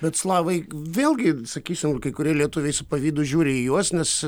bet slavai vėlgi sakysim kai kurie lietuviai su pavydu žiūri į juos nes